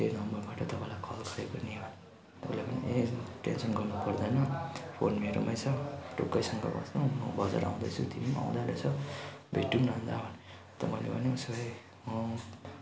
त्यो नम्बरबाट तपाईँलाई कल गरेको नि भनेँ उसले भन्यो ए टेन्सन गर्नु पर्दैन फोन मेरोमा छ ढुक्कैसँग बस्नु म बजार आउँदैछु तिमी पनि आउँदै रहेछौ भेटौँ न अन्त भन्यो मैले भनेँ उसो भए म